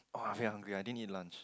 very hungry I din eat lunch